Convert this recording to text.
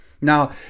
Now